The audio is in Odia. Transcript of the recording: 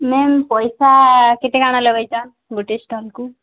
ମ୍ୟାମ୍ ପଇସା କେତେ କା'ଣା ଲାଗ୍ବା ଇ'ଟା ଗୋଟେ ଷ୍ଟଲ୍କୁ